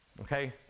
Okay